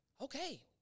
Okay